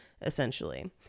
essentially